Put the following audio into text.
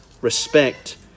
respect